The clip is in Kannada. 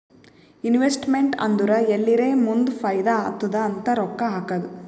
ಇನ್ವೆಸ್ಟಮೆಂಟ್ ಅಂದುರ್ ಎಲ್ಲಿರೇ ಮುಂದ್ ಫೈದಾ ಆತ್ತುದ್ ಅಂತ್ ರೊಕ್ಕಾ ಹಾಕದ್